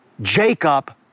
Jacob